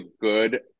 good